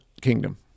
kingdom